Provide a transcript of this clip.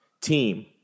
team